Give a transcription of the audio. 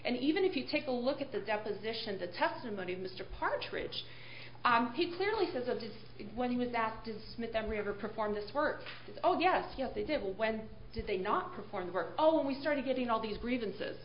and even if you take a look at the deposition the testimony of mr partridge he clearly says of this when he was active smith emery ever performed this work oh yes yes they did when did they not perform the work oh when we started getting all these grievances